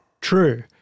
True